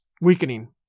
weakening